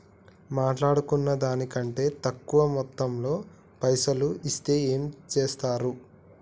మాట్లాడుకున్న దాని కంటే తక్కువ మొత్తంలో పైసలు ఇస్తే ఏం చేత్తరు?